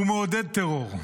הוא מעודד טרור.